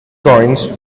coins